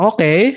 Okay